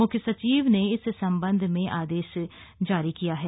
मुख्य सचिव ने इस संबंध में आदेश जारी किया है